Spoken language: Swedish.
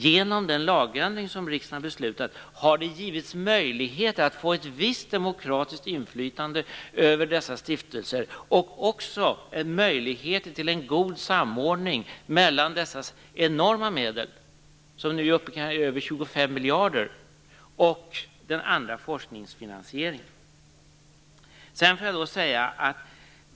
Genom den lagändring som riksdagen beslutat har det emellertid getts en möjlighet att få ett visst demokratiskt inflytande över dessa stiftelser och också en möjlighet till en god samordning mellan dessa enorma medel - det är nu fråga om mer än 25 miljarder kronor - och den andra forskningsfinansieringen.